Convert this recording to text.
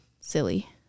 silly